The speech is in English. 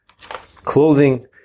clothing